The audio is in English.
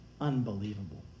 Unbelievable